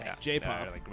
J-pop